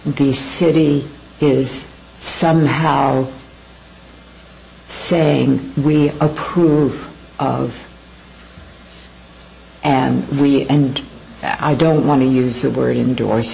the city is somehow saying we approve of and we and i don't want to use that word indoor